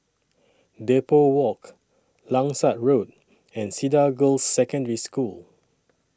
Depot Walk Langsat Road and Cedar Girls' Secondary School